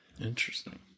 Interesting